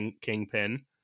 kingpin